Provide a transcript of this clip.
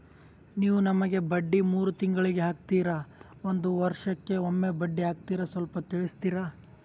ನೀವು ನಮಗೆ ಬಡ್ಡಿ ಮೂರು ತಿಂಗಳಿಗೆ ಹಾಕ್ತಿರಾ, ಒಂದ್ ವರ್ಷಕ್ಕೆ ಒಮ್ಮೆ ಬಡ್ಡಿ ಹಾಕ್ತಿರಾ ಸ್ವಲ್ಪ ತಿಳಿಸ್ತೀರ?